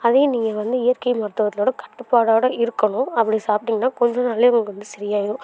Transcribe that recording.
அதே நீங்கள் வந்து இயற்கை மருத்துவத்தோடய கட்டுப்பாடோடய இருக்கணும் அப்படி சாப்பிட்டீங்கன்னா கொஞ்ச நாளில் உங்களுக்கு வந்து சரி ஆயிடும்